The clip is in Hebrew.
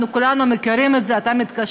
אנחנו כולנו מכירים את זה: אתה מתקשר